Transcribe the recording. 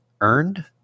earned